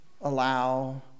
allow